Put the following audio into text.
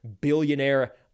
billionaire